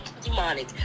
demonic